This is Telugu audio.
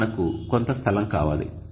ఇప్పుడు మనకు కొంత స్థలం కావాలి